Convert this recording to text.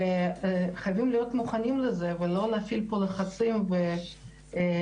וחייבים להיות מוכנים לזה ולא להפעיל לחצים ולצעוק